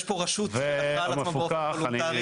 יש פה רשות שלקחה על עצמה באופן וולונטרי.